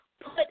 put